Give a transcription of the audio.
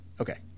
Okay